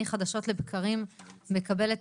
אני חדשות לבקרים מקבלת